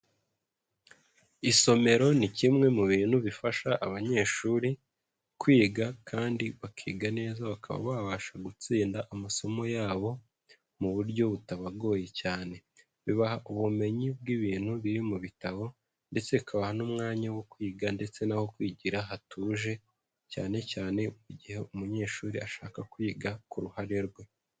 Isomero ni kimwe mu bintu bifasha abanyeshuri, kwiga kandi bakiga neza bakaba babasha gutsinda amasomo yabo, mu buryo butabagoye cyane. Bibaha ubumenyi bw'ibintu biri mu bitabo, ndetse bikabaha n'umwanya wo kwiga ndetse n'aho kwigira hatuje, cyane cyane mu gihe umunyeshuri ashaka kwiga ku ruhare rwe.